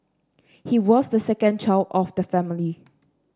he was the second child of the family